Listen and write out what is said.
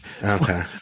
okay